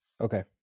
Okay